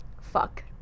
fuck